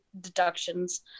deductions